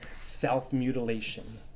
self-mutilation